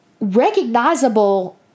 recognizable